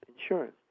insurance